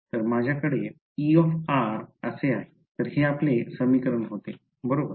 तर हे माझ्याकडे तर हे आपले समीकरण होते बरोबर